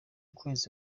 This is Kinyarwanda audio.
kwezi